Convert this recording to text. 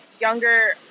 younger